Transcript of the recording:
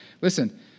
Listen